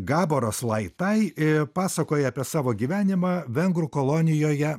gaboras laitai i pasakoja apie savo gyvenimą vengrų kolonijoje